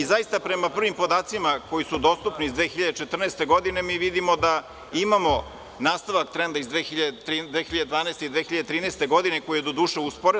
Zaista, prema prvim podacima koji su dostupni iz 2014. godine, mi vidimo da imamo nastavak trenda iz 2012. i 2013. godine, koji je doduše usporen.